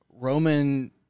Roman